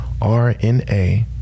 RNA